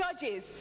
judges